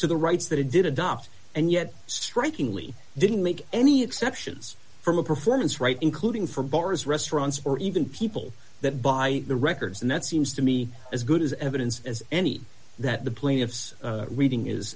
to the rights that it did adopt and yet strikingly didn't make any exceptions from a performance right including from bars restaurants or even people that buy the records and that seems to me as good as evidence as any that the plaintiff's reading is